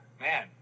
man